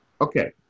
Okay